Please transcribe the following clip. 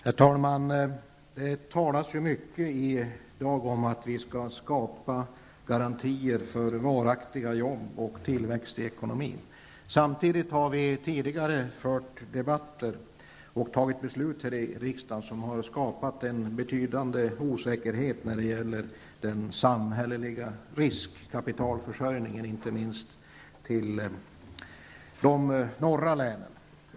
Herr talman! Det har talats mycket i dag om att vi skall skapa garantier för varaktiga arbeten och tillväxt i ekonomin. Samtidigt har vi tidigare fört debatter och fattat beslut i riksdagen som har skapat en betydande osäkerhet när det gäller den samhälleliga riskkapitalförsörjningen, inte minst till de norra länen.